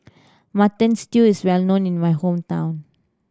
Mutton Stew is well known in my hometown